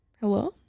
hello